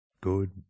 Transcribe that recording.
good